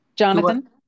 Jonathan